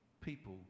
people